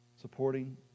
supporting